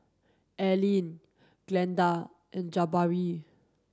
Aileen Glenda and Jabari